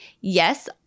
yes